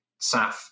SAF